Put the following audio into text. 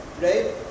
right